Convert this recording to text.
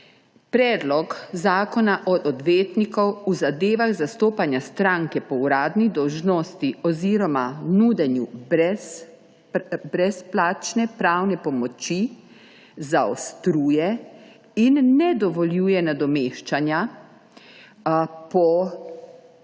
Predlog zakona o odvetništvu v zadevah zastopanja stranke po uradni dolžnosti oziroma nudenju brezplačne pravne pomoči zaostruje in ne dovoljuje nadomeščanja po